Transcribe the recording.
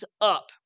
up